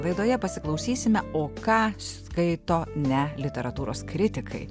laidoje pasiklausysime o ką skaito ne literatūros kritikai